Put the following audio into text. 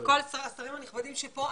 וכל חברי הכנסת הנכבדים שנמצאים פה,